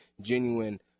genuine